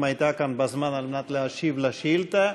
הייתה כאן בזמן על מנת להשיב על שאילתה.